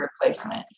replacement